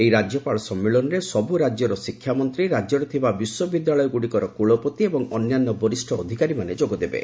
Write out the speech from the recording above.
ଏହି ରାଜ୍ୟପାଳ ସମ୍ମିଳନୀରେ ସବ୍ ରାଜ୍ୟର ଶିକ୍ଷାମନ୍ତ୍ରୀ ରାଜ୍ୟର ବିଶ୍ୱବିଦ୍ୟାଳୟଗ୍ରଡ଼ିକର କ୍ରଳପତି ଏବଂ ଅନ୍ୟାନ୍ୟ ବରିଷ୍ଣ ଅଧିକାରୀମାନେ ଯୋଗ ଦେବେ